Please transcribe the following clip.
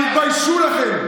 תתביישו לכם.